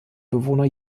bewohner